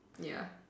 ya